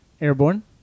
airborne